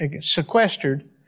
sequestered